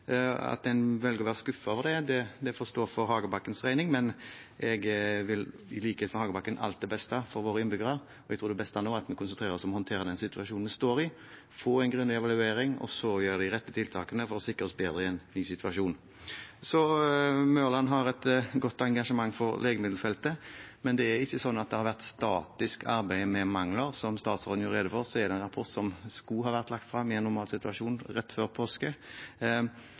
At man velger å være skuffet over det, får stå for representanten Hagebakkens regning, men jeg vil i likhet med Hagebakken alt det beste for våre innbyggere. Jeg tror det beste nå er at vi konsentrerer oss om å håndtere situasjonen vi står i – få en grundig evaluering og så gjøre de rette tiltakene for å sikre oss bedre i en ny situasjon. Representanten Mørland har et godt engasjement for legemiddelfeltet, men det er ikke slik at arbeidet med mangler har vært statisk. Som statsråden gjorde rede for, skulle en rapport i en normalsituasjon vært lagt frem rett før påske.